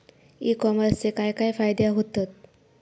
E कॉमर्सचे काय काय फायदे होतत?